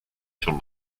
schon